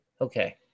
okay